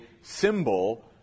symbol